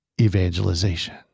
evangelization